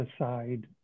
aside